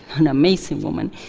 an amazing woman,